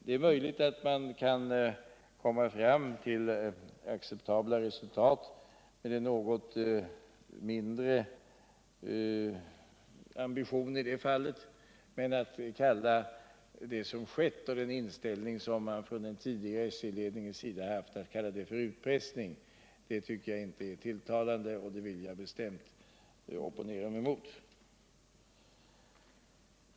Det är möjligt att man kan komma fram till acceptabla resultat med en något mindre ambition, men att kalla den inställning som den tidigare SJ ledningen hade för utpressning tycker jag inte är tilltalande, och det vill jag bestämt opponera mig emot.